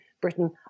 Britain